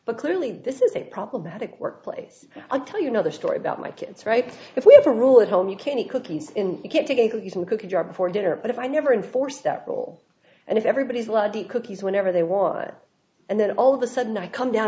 but clearly this is a problematic workplace i'll tell you another story about my kids right if we have a rule at home you can eat cookies in you can take some cookie jar before dinner but if i never enforce that role and if everybody's allowed the cookies whenever they want and then all of a sudden i come down